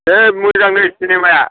दे मोजां नो सिनेमाया